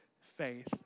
faith